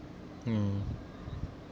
mm